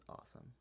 awesome